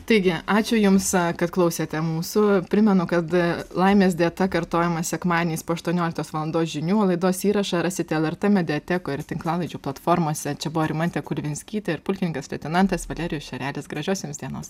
taigi ačiū jums kad klausėte mūsų primenu kad laimės dieta kartojama sekmadieniais po aštuonioliktos valandos žinių laidos įrašą rasite lrt mediatekoj ir tinklalaidžių platformose čia buvo rimantė kulvinskytė ir pulkininkas leitenantas valerijus šerelis gražios jums dienos